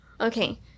Okay